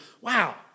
wow